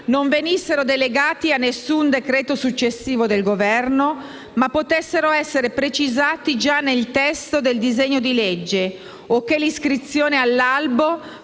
non venissero delegati ad alcun decreto successivo del Governo, ma potessero essere precisati già nel testo del disegno di legge, o che l'iscrizione all'albo